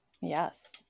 yes